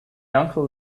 uncle